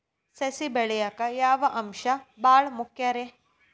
ಸಸಿ ಬೆಳೆಯಾಕ್ ಯಾವ ಅಂಶ ಭಾಳ ಮುಖ್ಯ ರೇ?